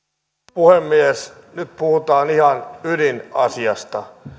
puhemies nyt puhutaan ihan ydinasiasta